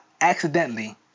accidentally